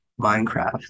minecraft